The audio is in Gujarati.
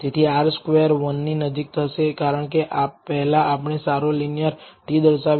તેથી R સ્ક્વેર 1 ની નજીક હશે કારણકે પહેલા આપણે સારો લિનિયર t દર્શાવ્યો